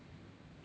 ya